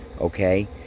okay